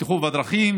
לבטיחות בדרכים